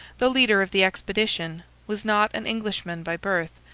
the leader of the expedition, was not an englishman by birth,